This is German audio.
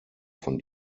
von